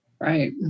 Right